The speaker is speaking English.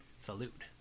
salute